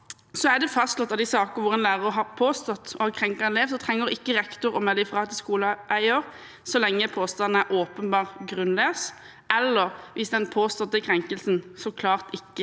A, er det fastslått at i saker hvor en lærer påstås å ha krenket en elev, trenger ikke rektor å melde fra til skoleeier så lenge påstanden er åpenbart grunnløs, eller hvis den påståtte krenkelsen klart ikke